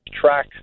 track